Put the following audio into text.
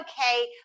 okay